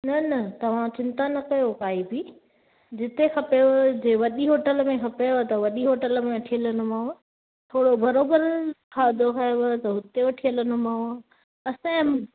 न न तव्हां चिंता न कयो काई बि जिते खपेव जे वॾी होटल में खपेव त वॾी होटल में वठी हलंदोमांव थोरो बराबरि खाधो खायुव त हुते वठी हलंदोमांव असांजा